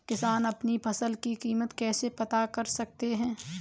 किसान अपनी फसल की कीमत कैसे पता कर सकते हैं?